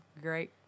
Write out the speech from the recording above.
Great